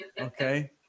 okay